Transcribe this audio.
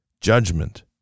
judgment